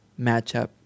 matchup